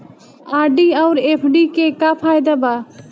RD आउर FD के का फायदा बा?